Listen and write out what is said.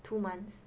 two months